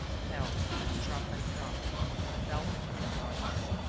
fell drop by drop on the velvet of her bodice.